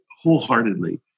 wholeheartedly